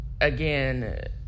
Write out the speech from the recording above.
again